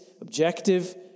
objective